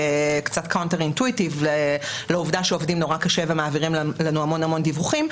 קצת בניגוד לעובדה שעובדים קשה מאוד ומעבירים לנו המון דיווחים,